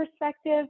perspective